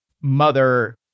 mother